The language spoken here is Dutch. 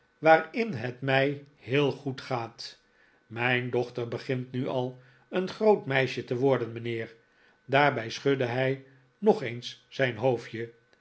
waarin het mij heel goed gaat mijn dochter begint nu al een groot meisje te worden mijnheer daarbij schudde hij nog eens zijn hoofdje